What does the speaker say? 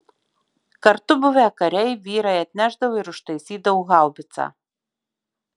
kartu buvę kariai vyrai atnešdavo ir užtaisydavo haubicą